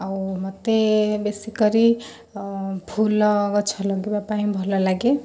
ଆଉ ମୋତେ ବେଶୀକରି ଫୁଲ ଗଛ ଲଗାଇବା ପାଇଁ ଭଲ ଲାଗେ